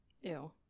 Ew